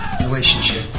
Relationship